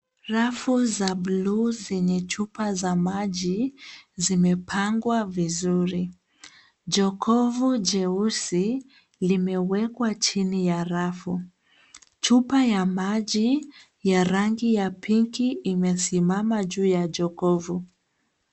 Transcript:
Rafu za bluu zenye chupa za maji zimepangwa vizuri. Jokovu jeusi limewekwa chini ya rafu. Chupa ya maji ya rangi ya pinki imesimama juu ya jokovu.